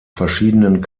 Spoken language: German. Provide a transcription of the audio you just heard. verschiedenen